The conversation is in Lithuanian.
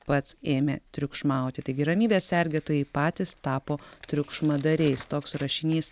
pats ėmė triukšmauti taigi ramybės sergėtojai patys tapo triukšmadariais toks rašinys